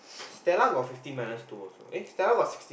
Stella got fifteen minus two also eh Stella got sixteen